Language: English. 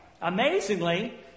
Amazingly